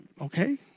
okay